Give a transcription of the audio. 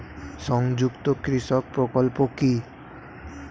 সংযুক্ত কৃষক প্রকল্প কি?